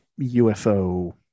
ufo